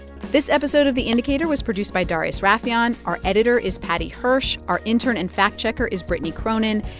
this episode of the indicator was produced by darius rafieyan. our editor is paddy hirsch. our intern and fact-checker is brittany cronin.